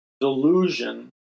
delusion